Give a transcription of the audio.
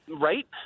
right